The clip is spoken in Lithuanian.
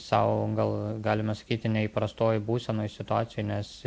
sau gal galime sakyti neįprastoj būsenoj situacijoj nes